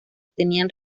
tenían